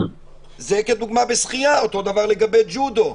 זה בשחייה ואותו הדבר לגבי ג'ודו.